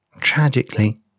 tragically